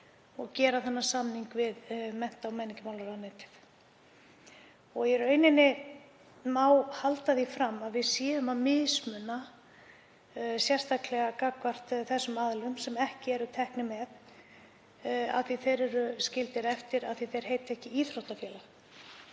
og hafa gert samning við mennta- og menningarmálaráðuneytið. Í rauninni má halda því fram að við séum að mismuna sérstaklega þeim aðilum sem ekki eru teknir með, þeir eru skildir eftir af því að þeir heita ekki íþróttafélag.